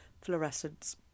fluorescence